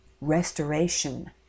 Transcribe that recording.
restoration